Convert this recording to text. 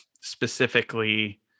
specifically